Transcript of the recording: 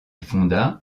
fonda